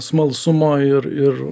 smalsumo ir ir